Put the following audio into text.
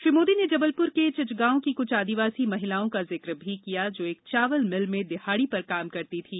श्री मोदी ने जबलपुर के चिचगांव की कुछ आदिवासी महिलाओं का जिक्र भी किया जो एक चावल मिल में दिहाडी पर काम करती थीं